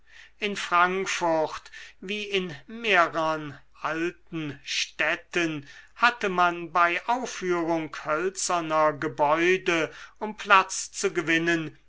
in frankfurt wie in mehrern alten städten hatte man bei aufführung hölzerner gebäude um platz zu gewinnen